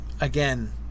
again